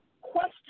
question